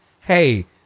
hey